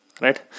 right